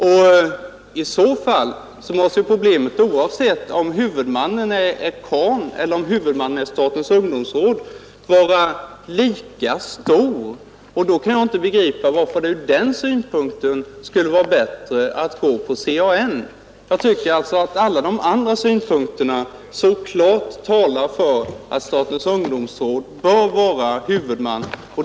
Oavsett om CAN eller statens ungdomsråd är huvudman måste problemet i så fall vara lika stort, och då kan jag inte begripa varför det skulle vara bättre att välja CAN. Jag tycker att alla andra synpunkter klart talar för att statens ungdomsråd bör vara huvudman.